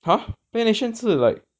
ha Play Nation 是 like